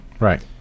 right